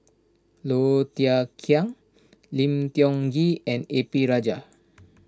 Low Thia Khiang Lim Tiong Ghee and A P Rajah